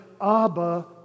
Abba